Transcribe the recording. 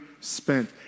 spent